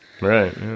right